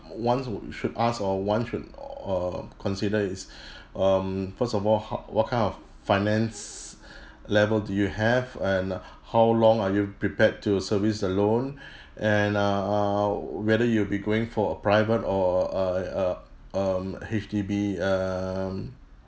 ones would should ask or one should err consider is um first of all how what kind of finance level do you have and how long are you prepared to service the loan and err whether you'll be going for a private or err err um H_D_B um